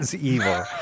evil